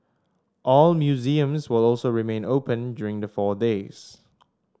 all museums will also remain open during the four days